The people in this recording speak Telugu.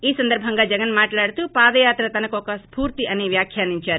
ఈ సందర్బంగా జగన్ మాట్లాడుతూ పాదయాత్ర తనకు ఒక స్పూర్తి అని వ్యాఖ్యానించారు